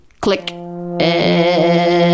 Click